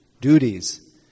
duties